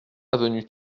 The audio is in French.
avenue